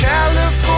California